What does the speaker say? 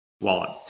wallet